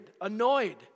annoyed